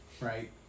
right